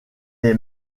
est